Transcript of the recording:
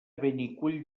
benicull